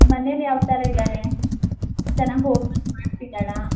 ಮನೆಯಲ್ ಯಾವ್ತರ ಇದಾಳೆ ಚೆನ್ನಾಗ್ ಹೋಮ್ವರ್ಕ್ ಮಾಡ್ತಿದ್ದಾಳಾ